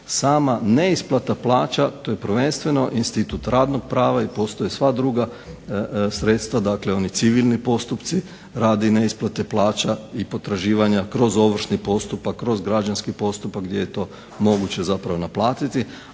sama neisplata plaća, to je prvenstveno institut radnog prava i postoje sva druga sredstva, dakle oni civilni postupci radi neisplate plaća i potraživanja kroz ovršni postupak, kroz građanski postupak gdje je to moguće zapravo naplatiti,